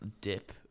dip